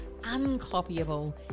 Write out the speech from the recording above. uncopyable